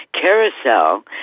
Carousel